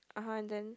(uh huh) and then